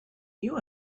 you